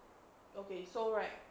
okay so right